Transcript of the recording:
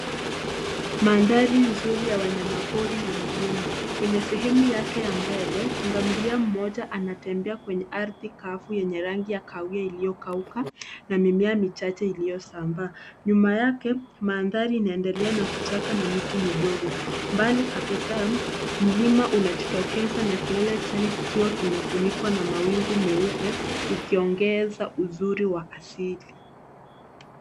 Mandhari nzuri ya wanyama pori na milima. Kwenye sehemu yake mbele, punda milia mmoja anatembea kwenye ardhi kavu yenye rangi ya kahawia iliyokauka na mimea michache iliyosambaa. Nyuma yake, mandhari inaendelea na kichaka na miti midogo. Mbali kabisa, mlima unajitokeza na kilele chake kikiwa kimefunikwa na mawingu meupe, ukiongeza uzuri wa asili.